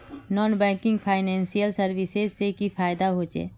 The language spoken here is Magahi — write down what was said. नॉन बैंकिंग फाइनेंशियल सर्विसेज से की फायदा होचे?